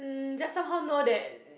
mm just somehow know that